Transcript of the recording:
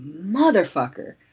motherfucker